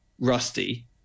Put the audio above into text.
Rusty